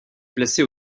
placée